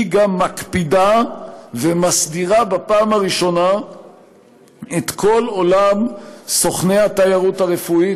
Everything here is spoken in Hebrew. היא גם מקפידה ומסדירה בפעם הראשונה את כל עולם סוכני התיירות הרפואית,